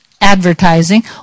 advertising